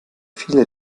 viel